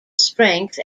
strength